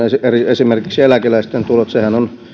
esimerkiksi eläkeläisten tulot niin sehän on